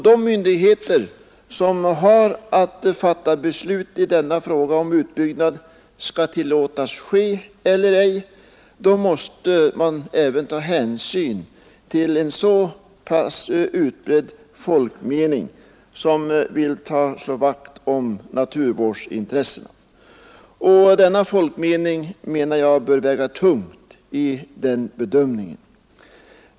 De myndigheter som har att fatta beslut i frågan huruvida utbyggnad skall tillåtas eller ej måste även ta hänsyn till en så utbredd folkmening som vill slå vakt om naturvårdsintressena. Denna folkmening bör, menar jag, väga tungt i bedömningen.